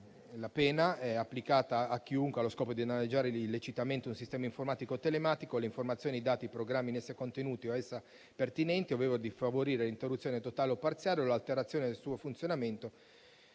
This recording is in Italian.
o telematico) -* Chiunque, allo scopo di danneggiare illecitamente un sistema informatico o telematico ovvero le informazioni, i dati o i programmi in esso contenuti o ad esso pertinenti ovvero di favorire l'interruzione, totale o parziale, o l'alterazione del suo funzionamento,